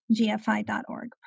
gfi.org